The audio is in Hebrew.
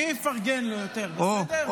אוקיי, מי יפרגן לו יותר, בסדר?